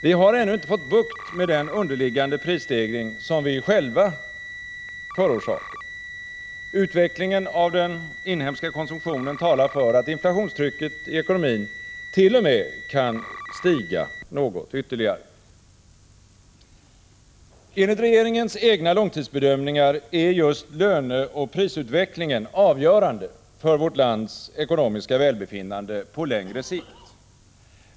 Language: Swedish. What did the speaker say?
Vi har ännu inte fått bukt med den underliggande prisstegring som vi själva förorsakar. Utvecklingen av den inhemska konsumtionen talar för att inflationstrycket i ekonomint.o.m. kan stiga ytterligare. Enligt regeringens egna långtidsbedömningar är just löneoch prisutvecklingen avgörande för vårt lands ekonomiska välbefinnande på längre sikt.